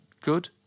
Good